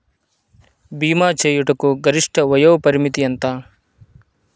భీమా చేయుటకు గరిష్ట వయోపరిమితి ఎంత?